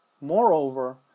Moreover